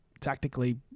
tactically